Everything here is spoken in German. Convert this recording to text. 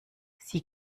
sieh